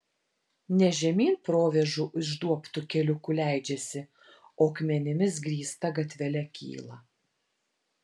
ne žemyn provėžų išduobtu keliuku leidžiasi o akmenimis grįsta gatvele kyla